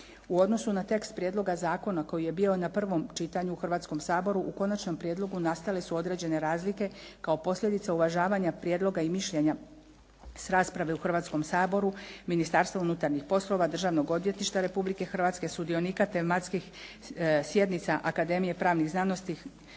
U odnosu na tekst prijedloga zakona koji je bio na prvom čitanju u Hrvatskom saboru u konačnom prijedlogu nastale su određene razlike kao posljedica uvažavanja prijedloga i mišljenja s rasprave u Hrvatskom saboru Ministarstvo unutarnjih poslova, Državnog odvjetništva Republike Hrvatske, sudionika tematskih sjednica Akademije pravnih znanosti